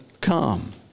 Come